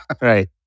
right